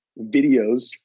videos